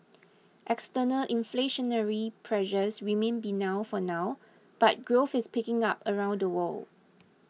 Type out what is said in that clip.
external inflationary pressures remain benign for now but growth is picking up around the world